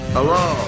Hello